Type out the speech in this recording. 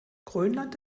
grönland